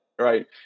Right